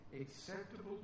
acceptable